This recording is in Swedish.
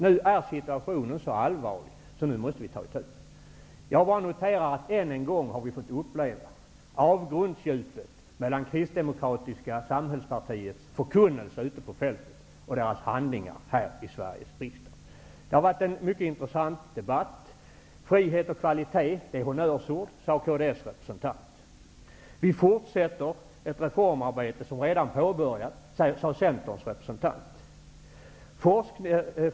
Nu är situationen så allvarlig att vi måste ta itu med den. Jag bara noterar att vi än en gång har fått uppleva avgrundsdjupet mellan Kristdemokratiska samhällspartiets förkunnelse ute på fältet och deras handlingar här i Sveriges riksdag. Det har varit en mycket intressant debatt. Frihet och kvalitet är honnörsord, sade kds representant. Vi fortsätter ett reformarbete som redan har påbörjats, sade Centerns representant.